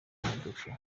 imodoka